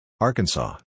Arkansas